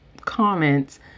comments